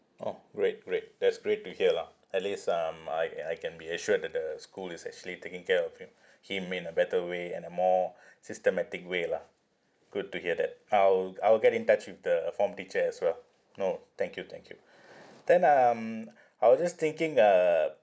orh great great that's great to hear lah at least um I I can be assured that the school is actually taking care of him him in a better way and a more systematic way lah good to hear that I'll I'll get in touch with the form teacher as well no thank you thank you then um I was just thinking uh